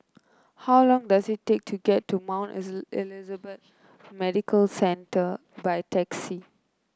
how long does it take to get to Mount Elizabeth Medical Centre by taxi